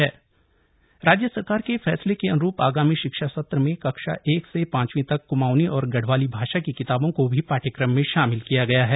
पाठ्यक्रम में मातृभाषा राज्य सरकार के फैसले के अन्रूप आगामी शिक्षा सत्र में कक्षा एक से पांचवीं तक क्माउंनी और गढ़वाली भाषा की किताबों को भी पाठ्यक्रम में शामिल किया गया है